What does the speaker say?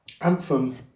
Anthem